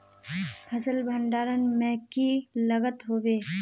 फसल भण्डारण में की लगत होबे?